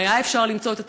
היה אפשר למצוא את התקציב.